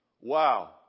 wow